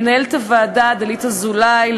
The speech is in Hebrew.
למנהלת הוועדה דלית אזולאי,